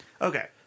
Okay